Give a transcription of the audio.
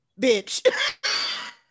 Bitch